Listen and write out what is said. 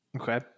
Okay